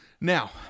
now